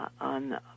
on